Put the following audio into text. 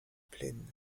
plaine